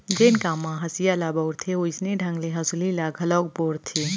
जेन काम म हँसिया ल बउरथे वोइसने ढंग ले हँसुली ल घलोक बउरथें